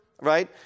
right